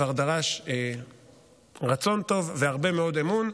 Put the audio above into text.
דבר שדרש רצון טוב והרבה מאוד אמון.